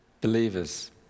believers